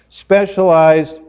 specialized